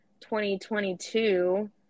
2022